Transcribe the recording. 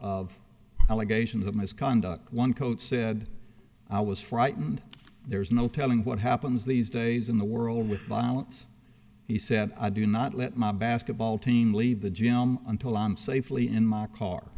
of allegations of misconduct one coach said i was frightened there's no telling what happens these days in the world with violence he said i do not let my basketball team leave the gym until on safely in my car